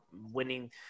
winning